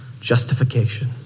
Justification